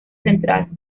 central